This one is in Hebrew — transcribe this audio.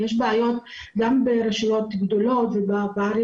כי יש בעיות גם ברשויות גדולות ובערים